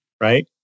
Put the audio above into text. right